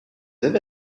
avez